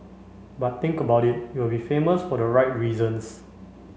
but think about it you will be famous for the right reasons